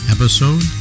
Episode